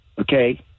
okay